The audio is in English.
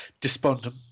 despondent